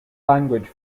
language